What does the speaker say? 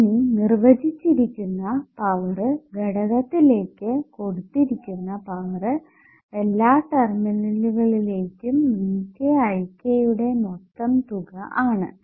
ഇനി നിർവചിച്ചിരിക്കുന്ന പവർ ഘടകത്തിലേക്ക് കൊടുത്തിരിക്കുന്ന പവർ എല്ലാ ടെർമിനലുകളിലെയും VKIK യുടെ മൊത്തം തുക ആണ്